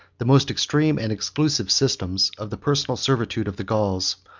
the most extreme and exclusive systems, of the personal servitude of the gauls,